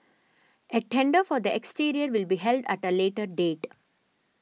a tender for the exterior will be held at a later date